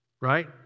right